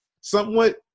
somewhat